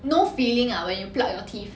no feeling ah when you pluck your teeth